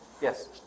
Yes